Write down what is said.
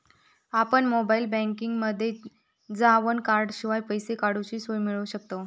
आपण मोबाईल बँकिंगमध्ये जावन कॉर्डशिवाय पैसे काडूची सोय मिळवू शकतव